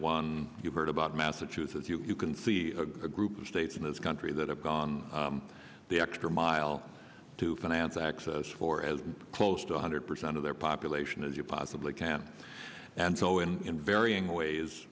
one you've heard about massachusetts you can see a group of states in this country that have gone the extra mile to finance as for as close to one hundred percent of their population as you possibly can and so in varying ways